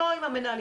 לא עם המנהלים,